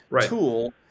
tool